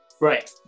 Right